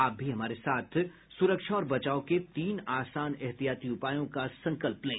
आप भी हमारे साथ सुरक्षा और बचाव के तीन आसान एहतियाती उपायों का संकल्प लें